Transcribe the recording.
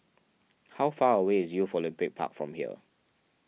how far away is Youth Olympic Park from here